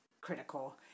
critical